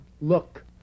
Look